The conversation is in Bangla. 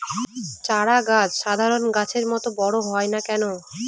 চারা গাছ সাধারণ গাছের মত বড় হয় না কেনো?